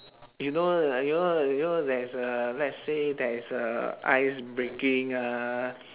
you know uh you know you know there's a let's say there is a ice breaking uh